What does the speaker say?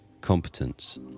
competence